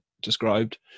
described